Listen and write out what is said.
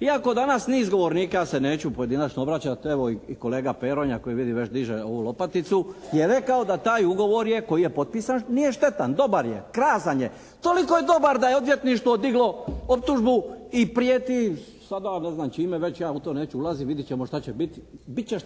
Iako danas niz govornika, se neću pojedinačno obraćati, evo i kolega Peronja koji vidim već diže ovu lopaticu, je rekao da taj ugovor je koji je potpisan nije štetan, dobar je, krasan je. Toliko je dobar da je Odvjetništvo diglo optužbu i prijeti sada ne znam čime već ja u to neću ulaziti, vidjet ćemo šta